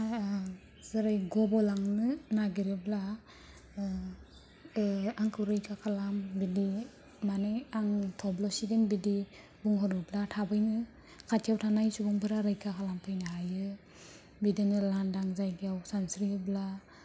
जेरै गब' लांनो नागेरोब्ला आंखौ रैखा खालाम बिदि मानि आं थब्ल'सिगोन बिदि बुंहरोब्ला थाबैनो खाथियाव थानाय सुबुंफोरा रैखा खालाम फैनोहायो बिदिनो लांदां जायगायाव सानस्रियोब्ला